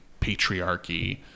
patriarchy